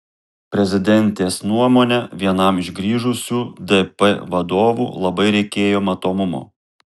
prezidentės nuomone vienam iš grįžusių dp vadovų labai reikėjo matomumo